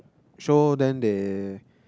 show then they